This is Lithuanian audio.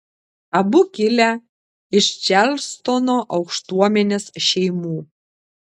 abu kilę iš čarlstono aukštuomenės šeimų